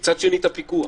מצד שני את הפיקוח.